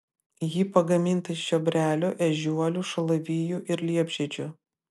ji pagaminta iš čiobrelių ežiuolių šalavijų ir liepžiedžių